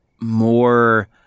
more